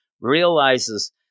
realizes